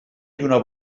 lluna